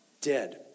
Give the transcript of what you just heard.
Dead